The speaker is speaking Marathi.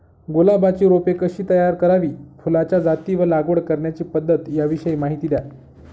गुलाबाची रोपे कशी तयार करावी? फुलाच्या जाती व लागवड करण्याची पद्धत याविषयी माहिती द्या